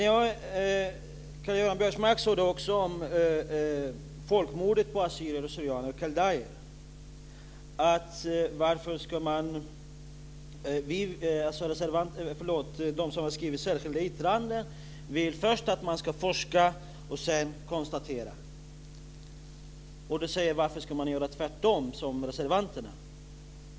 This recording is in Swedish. Karl-Göran Biörsmark sade också om folkmordet på assyrier, syrianer och kaldéer att de som har skrivit det särskilda yttrandet vill att man först ska forska och sedan konstatera. Han frågade varför man ska göra tvärtom, som reservanterna vill.